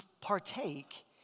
partake